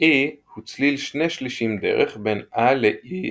ɛ הוא צליל שני שלישים דרך בין a ל־e